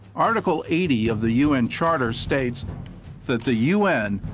article eighty of the u n. charter states that the u n.